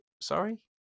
Sorry